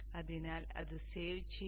അതിനാൽ അത് സേവ് ചെയ്യുക